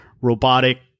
robotic